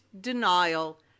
denial